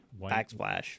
backsplash